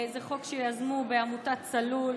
זה חוק שיזמו בעמותת צלול.